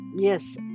Yes